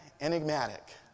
enigmatic